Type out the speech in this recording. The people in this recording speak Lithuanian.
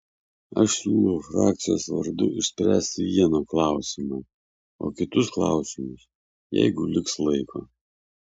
aš siūlau frakcijos vardu išspręsti vieną klausimą o kitus klausimus jeigu liks laiko